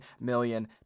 million